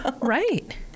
right